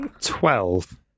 Twelve